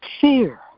Fear